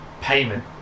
payment